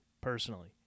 personally